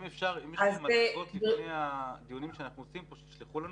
אם אפשר שישלחו לנו את המצגות לפני הדיונים שאנחנו עושים פה.